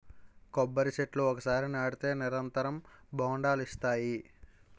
కొబ్బరి చెట్లు ఒకసారి నాటితే నిరంతరం బొండాలనిస్తాయి